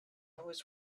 always